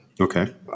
Okay